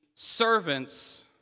Servants